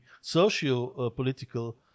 socio-political